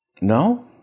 No